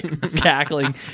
cackling